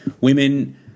women